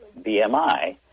BMI